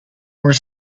were